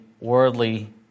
worldly